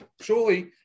Surely